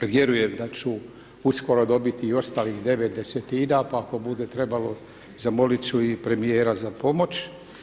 Vjerujem da ću uskoro dobiti i ostalih 9 desetina pa ako bude trebalo, zamolit ću i premjera za pomoć.